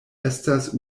estas